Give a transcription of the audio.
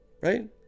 Right